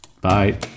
Bye